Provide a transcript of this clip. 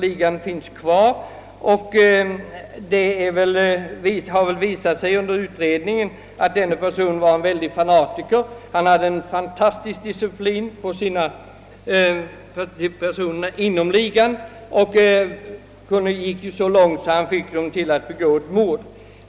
Ligan finns nämligen kvar, och det har under utredningen visat sig att personen i fråga var en verklig fanatiker — han hade en fantastisk disciplin över ligamedlemmarna, och det gick ju så långt att han fick dem att begå ett mord.